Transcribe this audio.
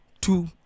two